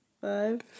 Five